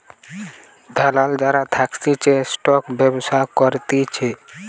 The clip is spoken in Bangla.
দালাল যারা থাকতিছে স্টকের ব্যবসা করতিছে